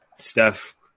Steph